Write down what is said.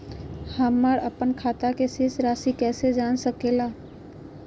हमर अपन खाता के शेष रासि कैसे जान सके ला?